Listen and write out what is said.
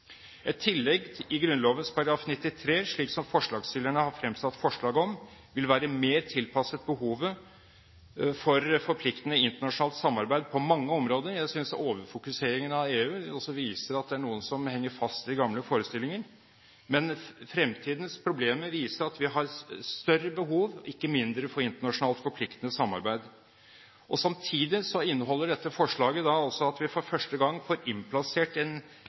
Et tillegg i Grunnloven § 93, slik forslagsstillerne har fremsatt forslag om, vil være mer tilpasset behovet for forpliktende internasjonalt samarbeid på mange områder. Jeg synes overfokuseringen av EU også viser at det er noen som henger fast i gamle forestillinger. Men fremtidens problemer viser at vi har større behov, ikke mindre, for internasjonalt forpliktende samarbeid. Samtidig inneholder dette forslaget også at vi for første gang får inn en